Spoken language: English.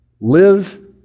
live